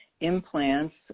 implants